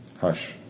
Hush